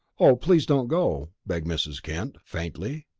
oh, please don't go! begged mrs. kent, faintly.